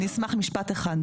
נשמח משפט אחד.